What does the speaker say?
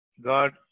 God